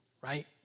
right